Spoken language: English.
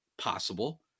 possible